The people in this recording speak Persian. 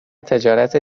تجارت